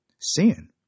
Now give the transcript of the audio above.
Sin